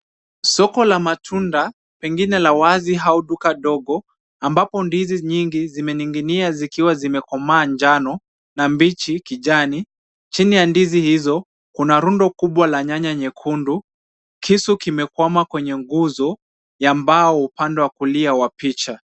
Soko la matunda, pengine la wazi au duka ndogo ambapo ndizi nyingi zimening'inia zikiwa zimekomaa anjano na mbichi kijani. Chini ya ndizi hizo kuna rundo kubwa la nyanya nyekundu. Kisu kimekwama kwenye nguzo ya mbao upande wa kulia wa picha.